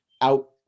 out